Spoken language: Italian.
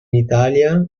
italia